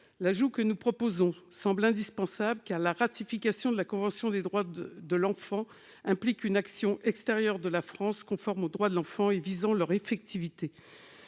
L'ajout que nous proposons semble indispensable, car la ratification de la Convention internationale des droits de l'enfant implique une action extérieure de la France conforme aux droits de l'enfant et visant leur effectivité.